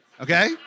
Okay